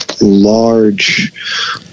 large